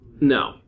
No